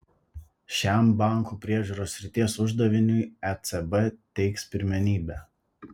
šiam bankų priežiūros srities uždaviniui ecb teiks pirmenybę